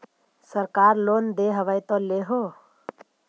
सरकार लोन दे हबै तो ले हो?